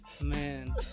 man